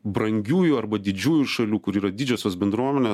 brangiųjų arba didžiųjų šalių kur yra didžiosios bendruomenės